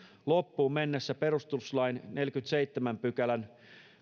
loppuun mennessä perustuslain neljännenkymmenennenseitsemännen pykälän